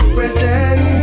Present